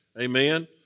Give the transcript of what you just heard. Amen